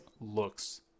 looks